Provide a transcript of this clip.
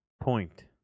point